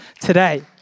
today